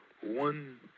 one